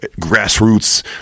grassroots